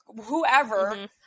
whoever